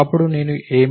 అప్పుడు నేను ఏమి